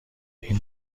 این